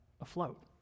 afloat